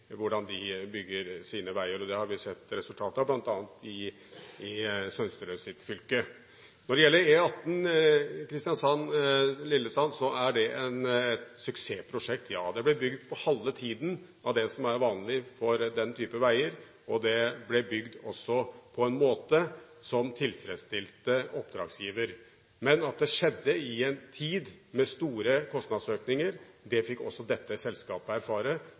hvordan de bygger sine veier. Det har vi sett resultat av, bl.a. i Sønsteruds fylke. Når det gjelder E18 Kristiansand–Lillesand, er det et suksessprosjekt, ja. Det ble bygd på halve tiden av det som er vanlig for den type veier. Det ble også bygd på en måte som tilfredsstilte oppdragsgiver. Men at det skjedde i en tid med store kostnadsøkninger, fikk også dette selskapet